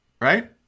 right